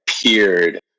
appeared